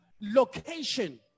location